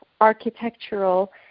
architectural